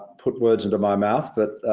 put words into my mouth. but,